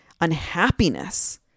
unhappiness